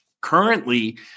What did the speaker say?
currently